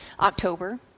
October